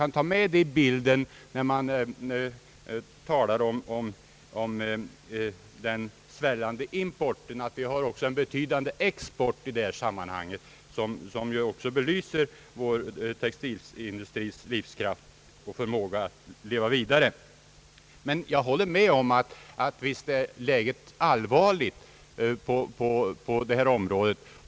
När man talar om den svällande importen tycker jag att man kan ta med i bilden att vi i detta sammanhang också har en betydande export, som belyser vår textilindustris livskraft. Jag håller med om att läget är allvarligt på detta område.